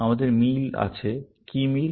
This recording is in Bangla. আমাদের মিল আছে কি মিল